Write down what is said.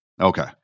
Okay